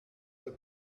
the